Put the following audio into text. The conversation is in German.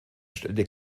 stellte